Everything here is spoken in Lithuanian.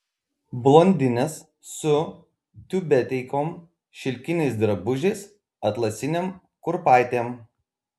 blondinės su tiubeteikom šilkiniais drabužiais atlasinėm kurpaitėm